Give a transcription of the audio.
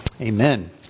Amen